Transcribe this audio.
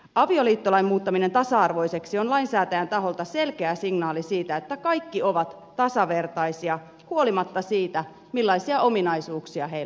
avioliittolain muuttaminen tasa arvoiseksi on lainsäätäjän taholta selkeä signaali siitä että kaikki ovat tasavertaisia huolimatta siitä millaisia ominaisuuksia heillä on